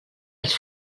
els